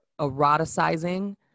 eroticizing